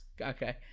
okay